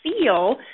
feel